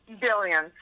billions